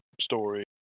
story